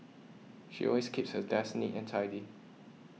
she always keeps her desk neat and tidy